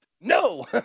no